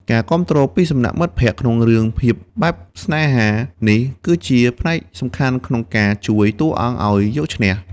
ការគាំទ្រពីសំណាក់មិត្តភក្តិ ក្នុងរឿងភាពបែបស្នេហានេះគឺជាផ្នែកសំខាន់ក្នុងការជួយតួអង្គឱ្យយកឈ្នះ។